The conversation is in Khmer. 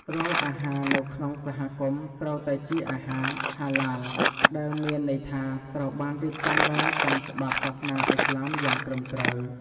រាល់អាហារនៅក្នុងសហគមន៍ត្រូវតែជាអាហារ "ហាឡាល" ដែលមានន័យថាត្រូវបានរៀបចំឡើងតាមច្បាប់សាសនាឥស្លាមយ៉ាងត្រឹមត្រូវ។